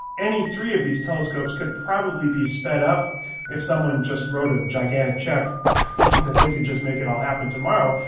any three of these telescopes could probably be sped up if someone just wrote a gigantic check that they could just make it all happen tomorrow.